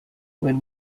when